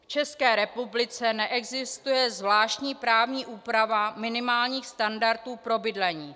V České republice neexistuje zvláštní právní úprava minimálních standardů pro bydlení.